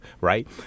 right